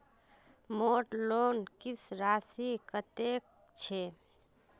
मोर लोन किस्त राशि कतेक छे?